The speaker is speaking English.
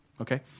Okay